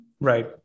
Right